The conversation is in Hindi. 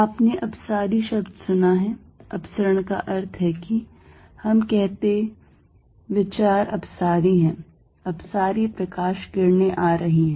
आपने अपसारी शब्द सुना है अपसरण का अर्थ है कि हम कहते विचार अपसारी हैं अपसारी प्रकाश किरणें आ रही हैं